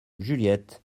juliette